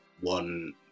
one